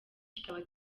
kikaba